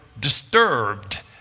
disturbed